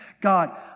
God